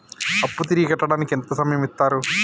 అప్పు తిరిగి కట్టడానికి ఎంత సమయం ఇత్తరు?